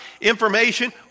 information